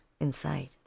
inside